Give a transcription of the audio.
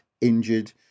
injured